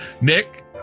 Nick